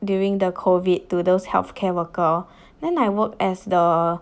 during the COVID to those healthcare worker then I work as the